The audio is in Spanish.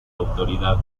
autoridad